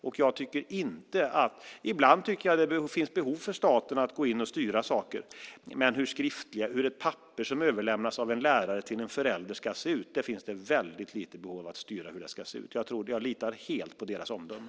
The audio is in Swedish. Ibland tycker jag att det finns behov för staten att gå in och styra saker, men hur ett papper som överlämnas av en lärare till en förälder ska se ut finns det litet behov av att styra. Jag litar helt på deras omdöme.